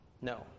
No